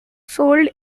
sold